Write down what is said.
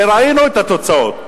וראינו את התוצאות.